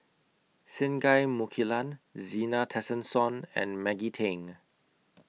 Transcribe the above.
Singai Mukilan Zena Tessensohn and Maggie Teng